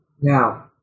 Now